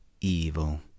evil